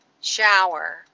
shower